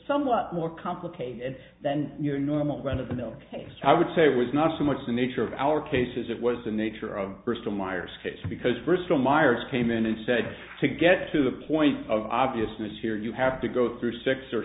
somewhat more complicated than your normal run of the mill case i would say it was not so much the nature of our cases it was the nature of bristol myers case because first of myers came in and said to get to the point of obviousness here you have to go through six or